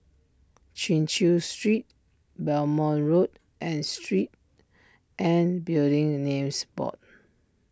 Chin Chew Street Belmont Road and Street and Building the Names Board